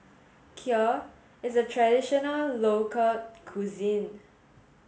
Kheer is a traditional local cuisine